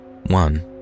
One